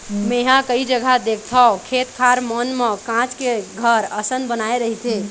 मेंहा कई जघा देखथव खेत खार मन म काँच के घर असन बनाय रहिथे